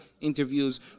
interviews